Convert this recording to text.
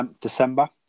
December